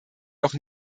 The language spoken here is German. doch